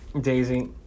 Daisy